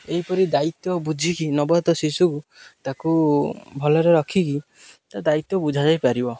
ଏହିପରି ଦାୟିତ୍ୱ ବୁଝିକି ନବଜାତ ଶିଶୁକୁ ତାକୁ ଭଲରେ ରଖିକି ତା ଦାୟିତ୍ୱ ବୁଝାଯାଇପାରିବ